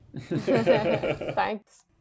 Thanks